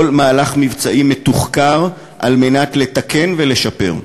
כל מהלך מבצעי מתוחקר על מנת לתקן ולשפר.